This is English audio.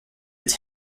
its